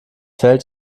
fällt